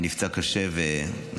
נפצע קשה ונפל.